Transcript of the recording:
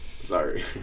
Sorry